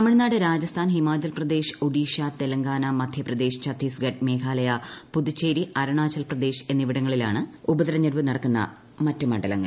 തമിഴ്നാട് രാജസ്ഥാൻ ഹിമാചൽപ്രദേശ് ഒഡീഷ തെലങ്കാന മധ്യപ്രദേശ് ഛത്തീസ്ഗഡ് മേഘാലയ പുതുച്ചേരി അരുണാചൽ പ്രദേശ് എന്നിവിടങ്ങളിലാണ് ഉപതിരഞ്ഞെടുപ്പ് നടക്കുന്ന മറ്റ് മണ്ഡലങ്ങൾ